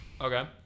Okay